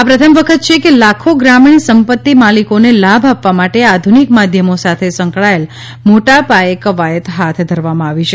આ પ્રથમ વખત છે કે લાખો ગ્રામીણ સંપત્તિ માલિકોને લાભ આપવા માટે આધુનિક માધ્યમો સાથે સંકળાયેલ મોટા પાયેકવાયત હાથ ધરવામાં આવી છે